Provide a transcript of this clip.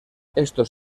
estos